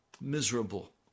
miserable